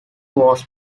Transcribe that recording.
was